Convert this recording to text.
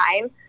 time